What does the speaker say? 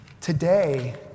Today